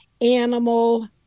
animal